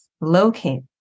locate